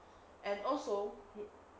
and also